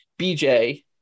BJ